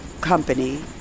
company